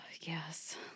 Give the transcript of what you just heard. Yes